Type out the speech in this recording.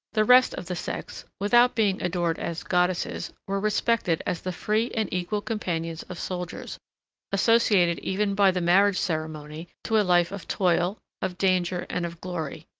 the rest of the sex, without being adored as goddesses, were respected as the free and equal companions of soldiers associated even by the marriage ceremony to a life of toil, of danger, and of glory.